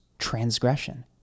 Transgression